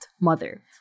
mother